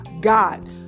God